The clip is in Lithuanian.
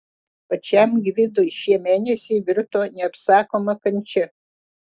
pačiam gvidui šie mėnesiai virto neapsakoma kančia